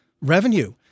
revenue